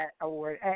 Award